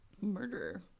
murderer